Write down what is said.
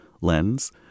lens